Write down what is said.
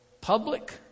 Public